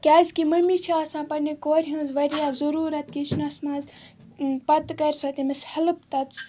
کیٛازکہِ مٔمی چھِ آسان پنٛنہِ کورِ ہِنٛز واریاہ ضٔروٗرَت کِچنَس منٛز پَتہٕ کَرِ سۄ تٔمِس ہیٚلٕپ تَتٮ۪س